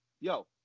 yo